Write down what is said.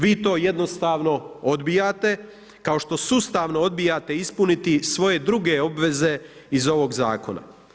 Vi to jednostavno odbijate, kao što sustavno odbijate ispuniti svoje druge obveze iz ovog Zakona.